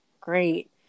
Great